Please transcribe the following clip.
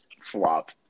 flop